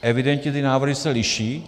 Evidentně ty návrhy se liší.